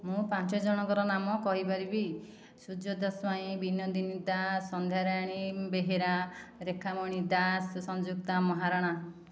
ମୁଁ ପାଞ୍ଚ ଜଣଙ୍କର ନାମ କହିପାରିବି ସୁଜତା ସ୍ୱାଇଁ ବିନୋଦିନୀ ଦାସ ସନ୍ଧ୍ୟାରାଣୀ ବେହେରା ରେଖାମଣି ଦାସ ସଂଯୁକ୍ତା ମହାରଣା